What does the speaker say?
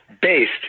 based